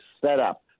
setup